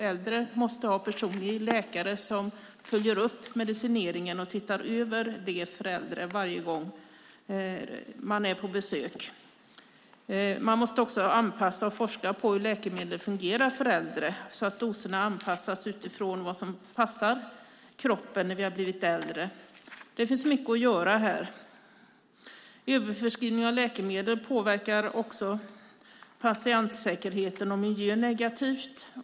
Äldre måste ha personliga läkare som följer upp medicineringen och tittar över det varje gång de äldre är på besök. Man måste också forska på hur läkemedel fungerar för äldre, så att doserna anpassas utifrån vad som passar kroppen när vi har blivit äldre. Det finns mycket att göra här. Överförskrivning av läkemedel påverkar också patientsäkerheten och miljön negativt.